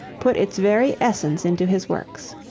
put its very essence into his works.